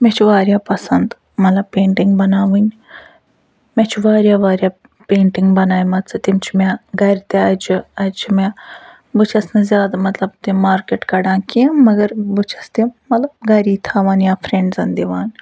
مےٚ چھِ وارِیاہ پسنٛد مطلب پیٚنٹنٛگ بناوٕنۍ مےٚ چھُ وارِیاہ وارِیاہ پیٚنٹِنٛگ بنایہِ مَژٕ تِم چھِ مےٚ گَرِ تہِ اَجہِ اَجہِ چھِ مےٚ بہٕ چھَس نہٕ زیادٕ مطلب تِم مارکٮ۪ٹ کڑان کیٚنٛہہ مگر بہٕ چھَس تِم مطلب گَری تھاوان یا فرٮ۪نٛڈزن دِوان